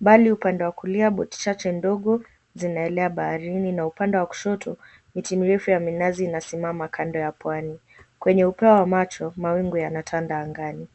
Mbali upande wa kulia boti chache ndogo zinaelea baharini na upande wa kushoto miti mirefu ya minazi inasimama kando ya pwani. Kwenye upeo wa macho mawingu yanatanda angani.